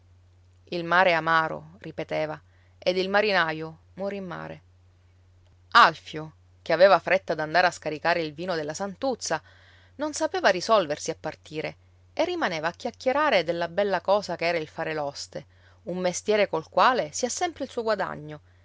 il mare è amaro ripeteva ed il marinaro muore in mare alfio che aveva fretta d'andare a scaricare il vino della santuzza non sapeva risolversi a partire e rimaneva a chiacchierare della bella cosa che era il fare l'oste un mestiere col quale si ha sempre il suo guadagno